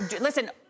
Listen